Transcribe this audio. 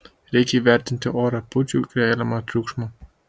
reikia įvertinti orapūčių keliamą triukšmą